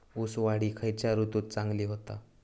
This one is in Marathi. ऊस वाढ ही खयच्या ऋतूत चांगली होता?